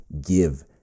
give